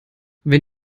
wenn